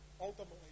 ultimately